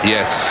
Yes